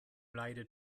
leide